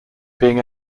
being